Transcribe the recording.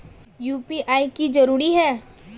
UPI की जरूरी है?